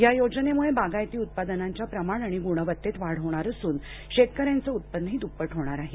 या योजनेमुळे बागायती उत्पादनांच्या प्रमाण आणि गुणवत्तेत वाढ होणार असून शेतकऱ्यांचं उत्पन्नही द्प्पट होणार आहे